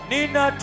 Nina